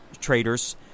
traders